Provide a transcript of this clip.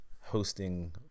hosting